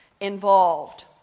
involved